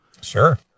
Sure